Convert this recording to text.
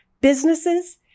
businesses